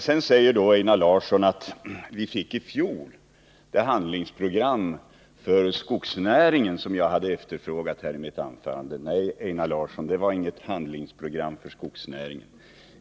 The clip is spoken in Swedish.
Sedan säger då Einar Larsson att vi i fjol fick det handlingsprogram för skogsnäringen som jag efterfrågade i mitt anförande. Nej, Einar Larsson, det var inget handlingsprogram för skogsnäringen.